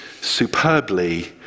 superbly